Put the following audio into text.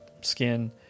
skin